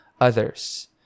others